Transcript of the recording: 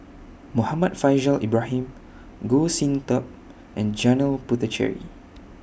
Muhammad Faishal Ibrahim Goh Sin Tub and Janil Puthucheary